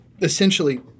essentially